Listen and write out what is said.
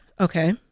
Okay